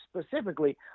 specifically